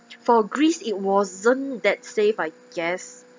for greece it wasn't that safe I guess